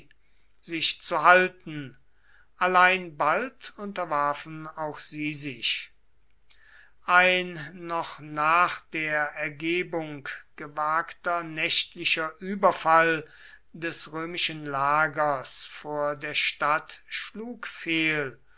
sich zu halten allein bald unterwarfen auch sie sich ein noch nach der ergebung gewagter nächtlicher überfall des römischen lagers vor der stadt schlug fehl